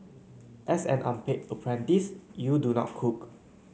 as an unpaid apprentice you do not cook